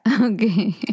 okay